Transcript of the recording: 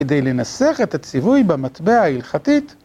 כדי לנסח את הציווי במטבע ההלכתית.